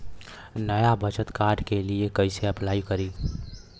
नया बचत कार्ड के लिए कइसे अपलाई करी?